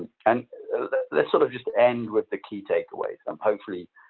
and let's sort of just end with the key takeaways. and hopefully,